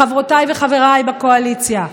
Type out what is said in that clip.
חברותיי וחבריי בקואליציה.